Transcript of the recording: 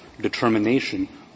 determination